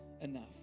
enough